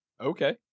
Okay